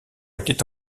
étaient